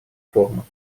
форумов